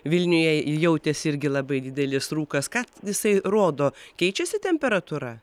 vilniuje jautėsi irgi labai didelis rūkas ką jisai rodo keičiasi temperatūra